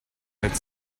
had